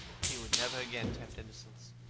he would never again tempt innocence.